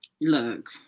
Look